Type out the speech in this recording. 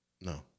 No